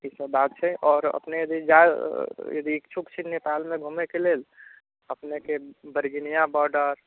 ईसब बात छै आओर अपने यदि जाइ यदि इच्छुक छी नेपालमे घुमैके लेल अपनेके बैरगनिआ बॉर्डर